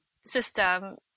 system